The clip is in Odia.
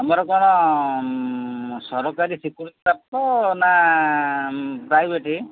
ତମର କଣ ସରକାରୀ ସ୍ୱୀକୃତି ପ୍ରାପ୍ତ ନା ପ୍ରାଇଭେଟ୍